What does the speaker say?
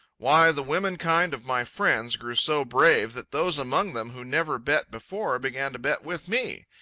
why, the women-kind of my friends grew so brave that those among them who never bet before began to bet with me.